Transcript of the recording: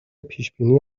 پیشبینی